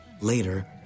Later